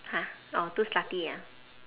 !huh! orh too slutty ah